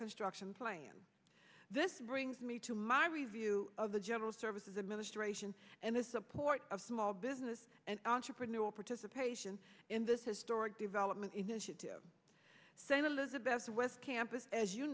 construction plan this brings me to my review of the general services administration and the support of small business and entrepreneur participation in this historic development initiative center lizabeth west campus as you